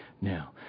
Now